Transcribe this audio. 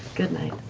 good night.